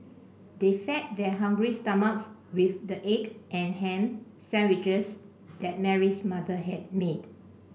they fed their hungry stomachs with the egg and ham sandwiches that Mary's mother had made